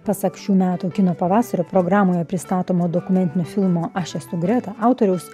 pasak šių metų kino pavasario programoje pristatomo dokumentinio filmo aš esu greta autoriaus